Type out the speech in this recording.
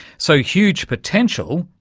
so, huge potential,